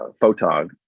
photog